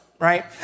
right